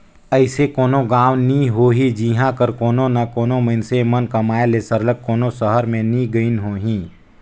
अइसे कोनो गाँव नी होही जिहां कर कोनो ना कोनो मइनसे मन कमाए ले सरलग कोनो सहर में नी गइन होहीं